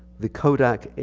the kodak,